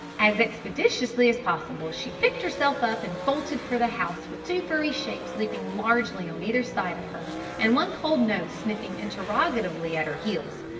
as expeditiously as possible she picked herself up and bolted for the house with two furry shapes leaping largely on either side of her and one cold nose sniffing interrogatively at her heels.